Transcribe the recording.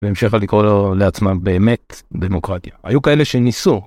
והמשיכה לקרוא לעצמה באמת דמוקרטיה, היו כאלה שניסו.